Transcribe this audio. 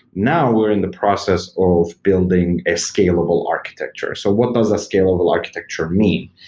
now, we're in the process of building a scalable architecture. so what does a scalable architecture mean?